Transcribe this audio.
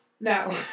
No